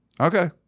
Okay